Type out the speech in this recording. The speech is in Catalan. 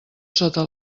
sota